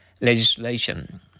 legislation